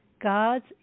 God's